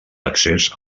accés